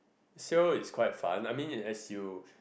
sail is quite fun I mean as you